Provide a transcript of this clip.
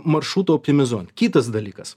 maršruto optimizuojant kitas dalykas